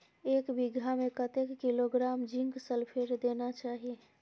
एक बिघा में कतेक किलोग्राम जिंक सल्फेट देना चाही?